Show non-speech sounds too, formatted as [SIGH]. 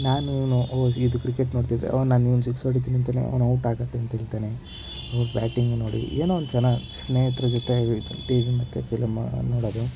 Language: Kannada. ನಾನು ಇವನು [UNINTELLIGIBLE] ಇದು ಕ್ರಿಕೆಟ್ ನೋಡ್ತಿದ್ರೆ ಅವನು ನಾನು ಇವನು ಸಿಕ್ಸ್ ಹೊಡಿತೀನಂತಾನೆ ಅವನು ಔಟ್ ಆಗತ್ತೆ ಅಂತ ಹೇಳ್ತಾನೆ ಅವರ ಬ್ಯಾಟಿಂಗ್ ನೋಡಿ ಏನೋ ಒಂದು ಚನಾ ಸ್ನೇಹಿತರ ಜೊತೆ ಟಿ ವಿ ಮತ್ತು ಫಿಲಂ ನೋಡೋದು